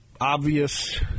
obvious